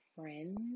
friends